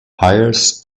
hires